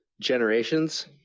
generations